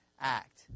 act